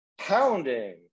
pounding